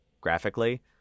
graphically